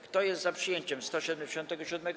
Kto jest za przyjęciem 177.